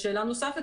שאלה נוספת